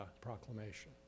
proclamation